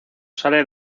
sale